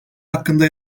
hakkında